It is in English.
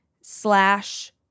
slash